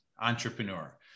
entrepreneur